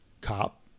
cop